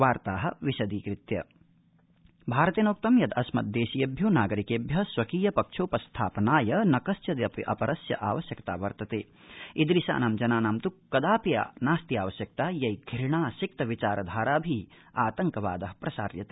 भारतस्य प्रत्युत्तरम् भारतेनोक्तं यद् अस्मद्देशीयभ्यो नागरिकेभ्य स्वकीय पक्षोपस्थापनाय न कस्यचिदपि अपरस्यावश्यकता वर्तते ईदूशानां जनानां तु कदापि नास्ति आवश्यकता यै घृणासिक्त विचारधाराभि आतंकवाद प्रसार्यते